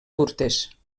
curtes